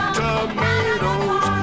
tomatoes